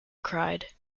cried